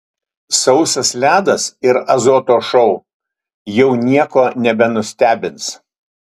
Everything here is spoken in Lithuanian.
sausas ledas ir azoto šou jau nieko nebenustebins